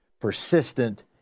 persistent